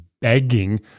begging